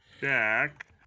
Jack